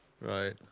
Right